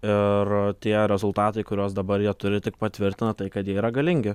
ir tie rezultatai kuriuos dabar jie turi tik patvirtina tai kad jie yra galingi